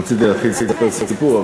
רציתי להתחיל לספר סיפור,